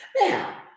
now